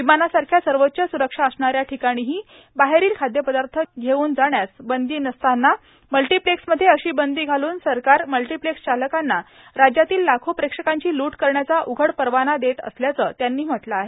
विमानासारख्या सर्वोच्च सुरक्षा असणाऱ्या टिकाणीही बाहेरील खाद्यपदार्थ घेऊन जाण्यास बंदी नसताना मल्टीप्लेक्समध्ये अशी बंदी घालून सरकार मल्टीप्लेक्स चालकांना राज्यातील लाखो प्रेक्षकांची लूट करण्याचा उघड परवाना देत असल्याचं त्यांनी म्हटलं आहे